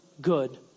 good